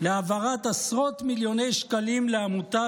להעברת עשרות מיליוני שקלים לעמותה